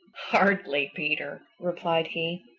hardly, peter, replied he.